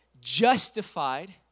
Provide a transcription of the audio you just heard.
justified